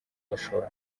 gashora